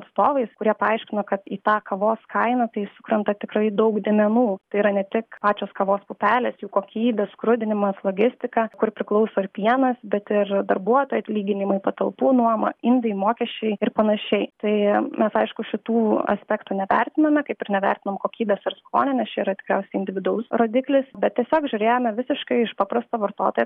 atstovais kurie paaiškino kad į tą kavos kainą tai sukrenta tikrai daug dėmenų tai yra ne tik pačios kavos pupelės jų kokybė skrudinimas logistika kur priklauso ir pienas bet ir darbuotojų atlyginimai patalpų nuoma indai mokesčiai ir panašiai tai mes aišku šitų aspektų nevertinome kaip ir nevertinom kokybės ar skonio nes čia yra tikriausiai individualus rodiklis bet tiesiog žiūrėjome visiškai iš paprasto vartotojo